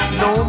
no